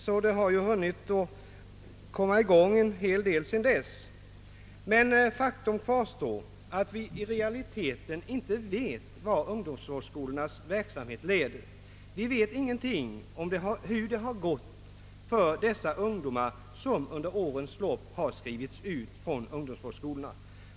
En hel del har alltså hunnit komma i gång sedan dess. Faktum kvarstår emellertid att vi i realiteten inte vet vad ungdomsvårdsskolornas verksamhet leder till. Vi vet ingenting om hur det har gått för dessa ungdomar som under årens lopp har skrivits ut från ungdomsvårdsskolorna.